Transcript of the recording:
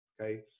okay